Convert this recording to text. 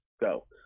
go